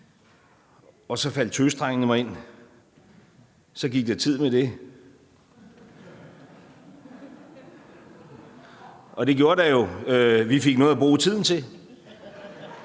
og så faldt Tøsedrengene mig ind: »Så gik der tid med det« – og det gjorde der jo. »Vi fik noget at bruge tiden til/Så